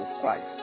Christ